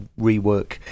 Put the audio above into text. rework